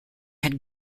had